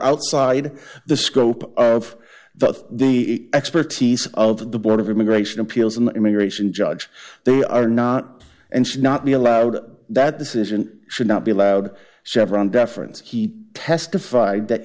outside the scope of the the expertise of the board of immigration appeals an immigration judge they are not and should not be allowed that decision should not be allowed chevron deference he testified that